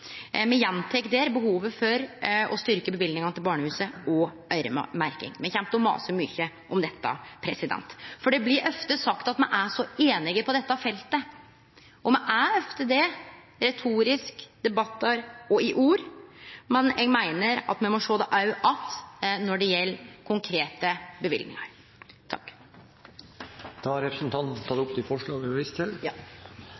Me gjentek der behovet for å styrkje løyvingane til barnehusa og øyremerking. Me kjem til å mase mykje om dette! Det blir ofte sagt at me er så einige på dette feltet, og me er ofte det – retorisk, i debattar og i ord – men eg meiner me òg må sjå det